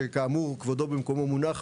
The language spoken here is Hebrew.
שכאמור כבודו במקומו מונח,